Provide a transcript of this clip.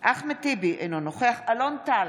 אחמד טיבי, אינו נוכח אלון טל,